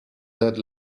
that